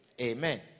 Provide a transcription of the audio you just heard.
amen